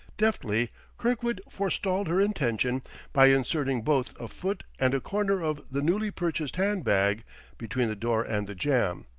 deftly kirkwood forestalled her intention by inserting both a foot and a corner of the newly purchased hand-bag between the door and the jamb.